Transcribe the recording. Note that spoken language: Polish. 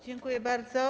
Dziękuję bardzo.